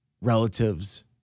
relatives